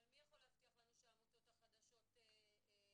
אבל מי יכול להבטיח לנו שהעמותות החדשות מספיק